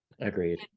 agreed